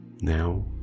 now